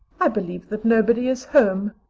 i believe that nobody is home.